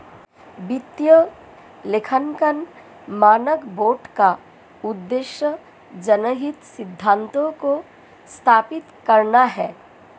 वित्तीय लेखांकन मानक बोर्ड का उद्देश्य जनहित सिद्धांतों को स्थापित करना है